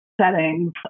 settings